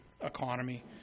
economy